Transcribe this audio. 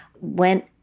went